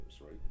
right